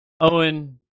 Owen